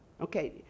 Okay